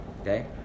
okay